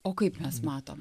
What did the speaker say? o kaip mes matom